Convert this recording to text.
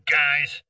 guys